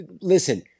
listen